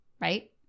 right